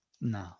No